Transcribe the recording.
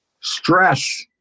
stress